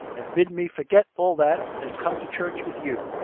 and bid me forget all that, and come to church with you.